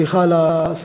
סליחה על השפה,